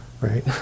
right